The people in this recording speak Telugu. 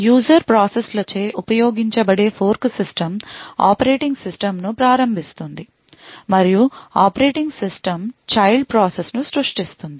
యూజర్ ప్రాసెస్లచే ఉపయోగించబడే ఫోర్క్ సిస్టమ్ ఆపరేటింగ్ సిస్టమ్ను ప్రారంభిస్తుంది మరియు ఆపరేటింగ్ సిస్టమ్ చైల్డ్ ప్రాసెస్ ను సృష్టిస్తుంది